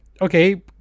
Okay